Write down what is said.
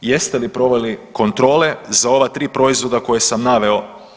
Jeste li proveli kontrole za ova tri proizvoda koje sam naveo?